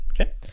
Okay